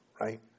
Right